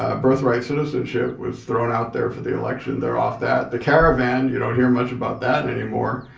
ah birthright citizenship was thrown out there for the election, they're off that. the caravan, you don't hear much about that anymore.